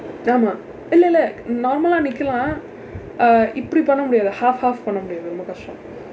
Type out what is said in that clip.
ஆமாம் இல்லை இல்லை:aamaam illai illai normal ah நிற்கலாம்:nirkalaam uh இப்படி பண்ண முடியாது:ippadi panna mudiyaathu half half பண்ண முடியாது ரொம்ப கஷ்டம்:panna mudiyaathu rompa kashdam